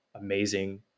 amazing